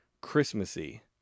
Christmassy